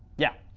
yeah.